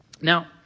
Now